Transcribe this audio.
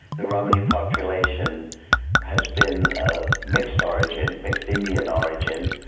the romani population has been a mixed origin, mixed indian origin,